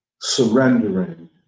surrendering